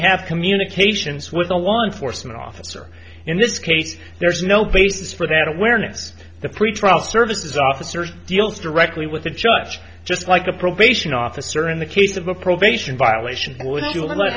have communications with a law enforcement officer in this case there's no basis for that awareness the pretrial services officers deal directly with the judge just like a probation officer in the case of a pro ation violation would